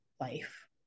life